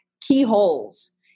keyholes